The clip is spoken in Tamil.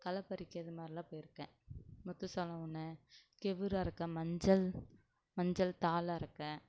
களைப்பறிக்கிறது இதுமாரிலாம் போயிருக்கேன் முத்துச்சோளம் ஒன்று கெவுரு அறுக்க மஞ்சள் மஞ்சள் தாள் அறுக்க